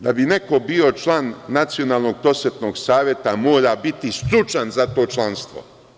Da bi neko bio član Nacionalnog prosvetnog saveta, mora biti stručan za to članstvo.